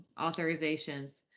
authorizations